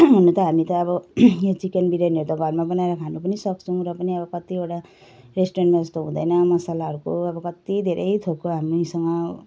हुनु त हामी त अब यो चिकन बिरयानीहरू त घरमा बनाएर खानु पनि सक्छौँ र पनि अब कतिवटा रेस्टुरेन्टमा जस्तो हुँदैन मसलाहरूको अब कति धेरै थोकको हामीसँग